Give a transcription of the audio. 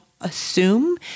assume